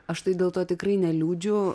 aš tai dėl to tikrai neliūdžiu